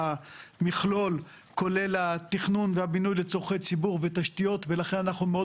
המכלול כולל התכנון והבינוי לצורכי ציבור ותשתיות ולכן אנחנו מאוד